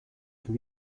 can